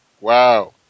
Wow